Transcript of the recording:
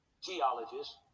geologists